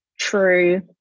true